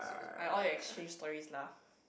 like all your exchange stories lah